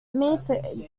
meath